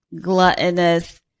gluttonous